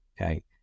Okay